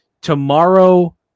Tomorrow